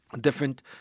different